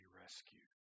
rescued